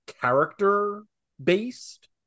character-based